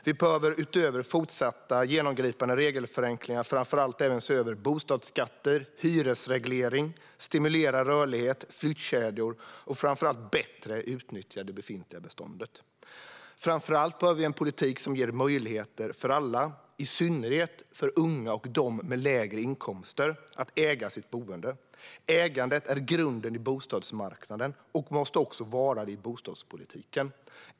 Vi behöver utöver fortsatta genomgripande regelförenklingar framför allt se över bostadsskatter och hyresreglering, stimulera rörlighet och flyttkedjor och bättre utnyttja det befintliga beståndet. Framför allt behöver vi en politik som ger möjligheter för alla, i synnerhet för unga och dem med lägre inkomster, att äga sitt boende. Ägandet är grunden i bostadsmarknaden och måste också vara det i bostadspolitiken.